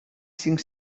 cinc